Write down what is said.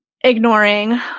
ignoring